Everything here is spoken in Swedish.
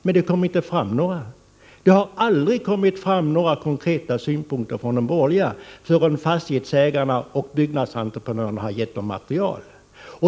Men det kom aldrig fram några konkreta synpunkter från de borgerligas sida — inte förrän fastighetsägarna och byggnadsentreprenörerna hade gett dem material.